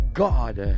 god